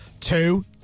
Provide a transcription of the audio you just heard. Two